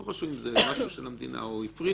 לא חשוב אם זה משהו של המדינה או הפריטו,